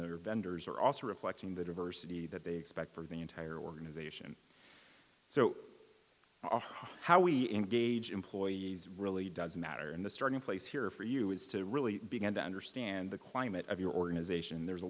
their vendors are also reflecting the diversity that they expect for the entire organization so our how we engage employees really does matter in the starting place here for you is to really begin to understand the climate of your organization there's a